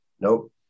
nope